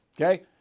Okay